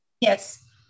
Yes